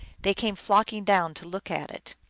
they came flocking down to look at it.